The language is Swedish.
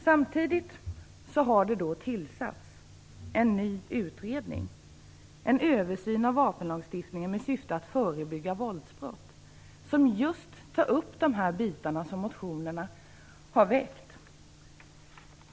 Samtidigt har det tillsatts en ny utredning - en översyn av vapenlagstiftningen med syfte att förebygga våldsbrott - som just tar upp de frågor som har väckts i motionerna.